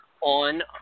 on